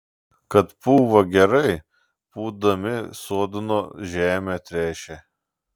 kad pūva gerai pūdami sodno žemę tręšia